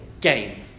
game